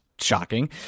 shocking